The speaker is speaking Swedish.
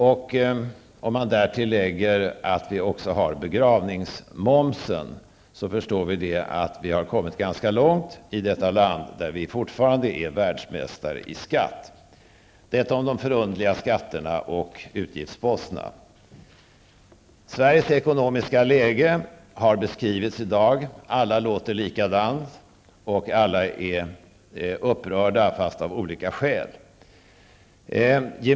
Om man därtill lägger att vi också har begravningsmoms, förstår vi att vi har kommit ganska långt i detta land, som fortfarande är världsmästare i skatt. Detta om de förunderliga skatterna och utgiftsposterna. Sveriges ekonomiska läge har beskrivits i dag. Alla låter likadant och alla är upprörda, fast av olika skäl.